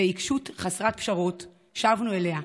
בעיקשות חסרת פשרות, שבנו אליה.